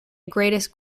greatest